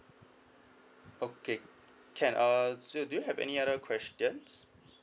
okay can err so do you have any other questions